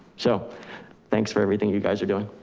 so thanks for everything you guys are doing.